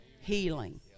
healing